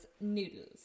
noodles